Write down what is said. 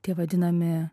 tie vadinami